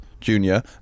junior